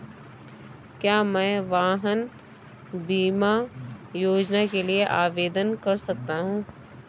क्या मैं वाहन बीमा योजना के लिए आवेदन कर सकता हूँ?